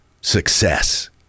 success